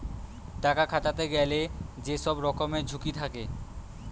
টাকা খাটাতে গেলে যে সব রকমের ঝুঁকি থাকে